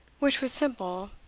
which was simple,